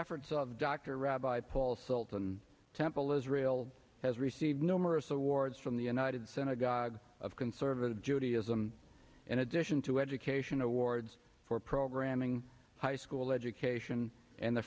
efforts of dr rabbi paul sultan temple israel has received numerous awards from the united center agog of conservative judaism in addition to education awards for programming high school education and the